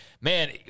man